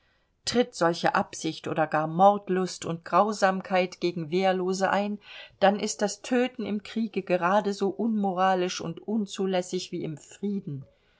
tritt solche absicht oder gar mordlust und grausamkeit gegen wehrlose ein dann ist das töten im kriege gerade so unmoralisch und unzulässig wie im frieden